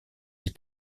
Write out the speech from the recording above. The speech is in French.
les